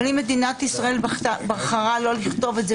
אבל אם מדינת ישראל לדורותיה בחרה לא לכתוב את זה,